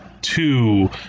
two